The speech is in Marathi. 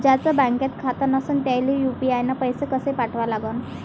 ज्याचं बँकेत खातं नसणं त्याईले यू.पी.आय न पैसे कसे पाठवा लागन?